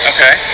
Okay